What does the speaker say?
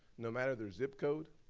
no matter their zip code,